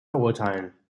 verurteilen